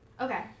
Okay